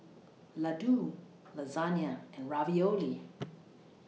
Ladoo Lasagna and Ravioli